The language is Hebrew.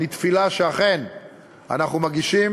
אני תפילה שאכן אנחנו מגישים,